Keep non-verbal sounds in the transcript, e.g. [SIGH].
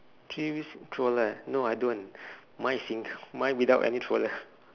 three wheels stroller no I don't [BREATH] mine is sin~ mine without any stroller